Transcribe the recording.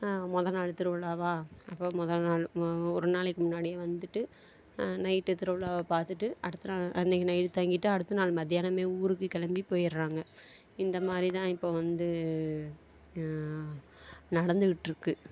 மொதல்நாள் திருவிழாவா அப்போ மொதல் நாள் ஒரு நாளைக்கு முன்னாடியே வந்துட்டு நைட்டு திருவிழாவை பார்த்துட்டு அடுத்தநாள் அன்றைக்கி நைட் தங்கிட்டு அடுத்தநாள் மத்தியானமே ஊருக்கு கிளம்பி போயிடறாங்க இந்தமாதிரி தான் இப்போ வந்து நடந்துக்கிட்டிருக்கு